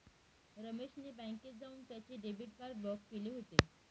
रमेश ने बँकेत जाऊन त्याचे डेबिट कार्ड ब्लॉक केले होते